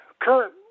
current